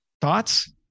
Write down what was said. Thoughts